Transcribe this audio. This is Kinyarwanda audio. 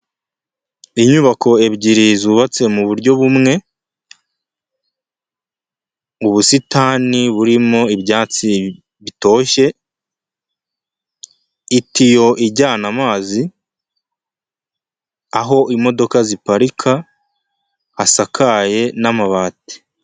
Inyubako ebyiri zubatse mu buryo bumwe, ubusitani burimo ibyatsi bitoshye, itiyo ijyana amazi aho imodoka ziparika, hasakaye n'amabati.